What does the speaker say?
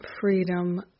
Freedom